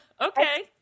Okay